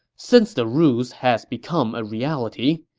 since the ruse has become a reality,